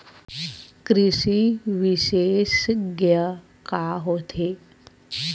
कृषि विशेषज्ञ का होथे?